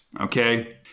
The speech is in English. okay